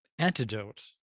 antidote